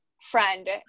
friend